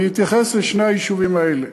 אני אתייחס לשני היישובים האלה,